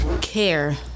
Care